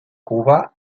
cuba